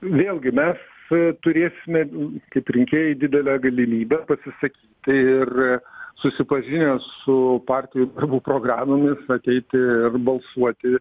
vėlgi mes tu turėsime kaip rinkėjai didelę galimybę pasisakyti ir susipažinę su partijų programomis ateiti ir balsuoti